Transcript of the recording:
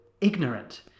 ignorant